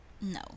No